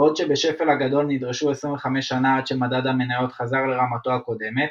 בעוד שבשפל הגדול נדרשו 25 שנה עד שמדד המניות חזר לרמתו הקודמת,